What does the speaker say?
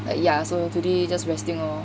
but yeah today just resting lor